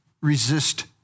resist